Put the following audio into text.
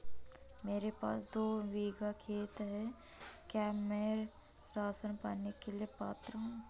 मेरे पास दो बीघा खेत है क्या मैं राशन पाने के लिए पात्र हूँ?